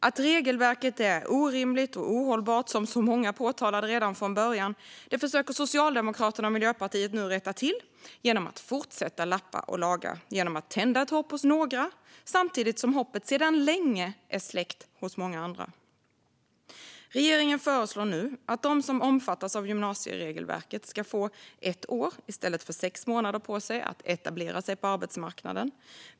Att regelverket är orimligt och ohållbart, vilket så många påtalade redan från början, försöker Socialdemokraterna och Miljöpartiet nu rätta till genom att fortsätta att lappa och laga. Man tänder ett hopp hos några samtidigt som hoppet sedan länge har släckts hos många andra. Regeringen föreslår nu att de som omfattas av gymnasieregelverket ska få ett år i stället för sex månader på sig att etablera sig på arbetsmarknaden.